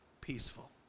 peaceful